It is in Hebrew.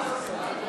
להסיר